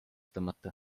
tõmmata